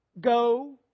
Go